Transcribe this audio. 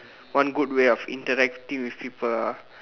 one good way of interacting with people ah